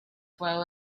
well